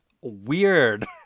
weird